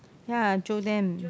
ya I jio them